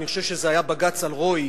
אני חושב שזה היה בג"ץ אלרואי,